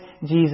Jesus